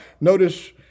Notice